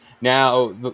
Now